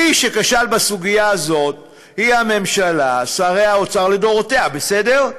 מי שכשל בסוגיה הזאת היא הממשלה לדורותיה, בסדר?